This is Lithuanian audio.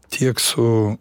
tiek su